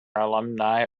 alumni